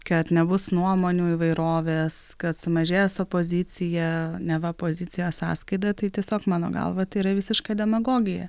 kad nebus nuomonių įvairovės kad sumažės opozicija neva pozicijos sąskaita tai tiesiog mano galva tai yra visiška demagogija